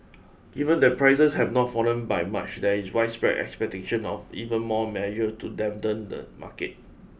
given that prices have not fallen by much there is widespread expectation of even more measure to dampen the market